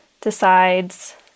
decides